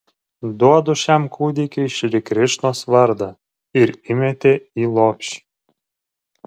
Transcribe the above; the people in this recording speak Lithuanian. duodu šiam kūdikiui šri krišnos vardą ir įmetė į lopšį